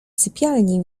sypialni